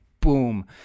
boom